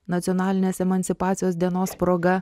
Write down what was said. nacionalinės emancipacijos dienos proga